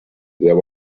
there